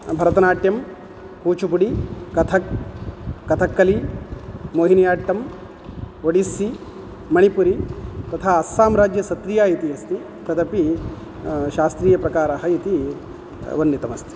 भरतनाट्यं कूचुपुडि कथक् कथक्कलि मोहिनियाट्टम् ओडिस्सि मणिपुरि तथा अस्सां राज्ये सत्रिया इति अस्ति तदपि शास्त्रीयप्रकारः इति वर्णितमस्ति